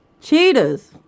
Cheetahs